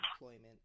employment